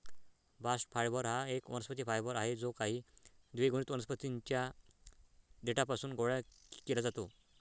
bast fibre हा एक वनस्पती फायबर आहे जो काही द्विगुणित वनस्पतीं च्या देठापासून गोळा केला जातो